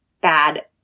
bad